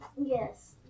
Yes